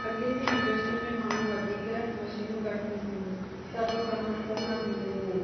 अॻिएं जे इंडस्ट्रियल में माण्हू वधीक मशीनियूं घटि हूंदियूं हुयूं सभु कमु हथ सां थींदो हो